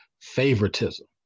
favoritism